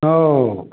सब लोगों का